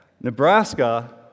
Nebraska